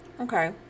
Okay